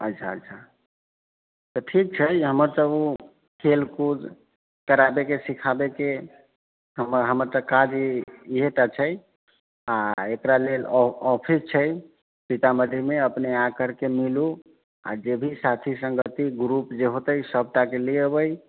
अच्छा अच्छा तऽ ठीक छै हमर तऽ ओ खेलकूद कराबैके सिखाबैके हमर तऽ काज इहै टा छै आओर एकरा लेल ऑफिस छै सीतामढ़ीमे अपने आ करके मिलू आओर जे भी साथी सङ्गति ग्रुप जे होतै सभटाके ले एबै